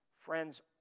Friends